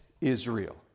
Israel